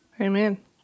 Amen